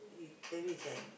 he tell me he say